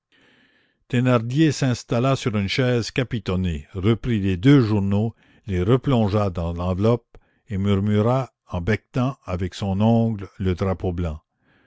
thénardier s'installa sur une chaise capitonnée reprit les deux journaux les replongea dans l'enveloppe et murmura en becquetant avec son ongle le drapeau blanc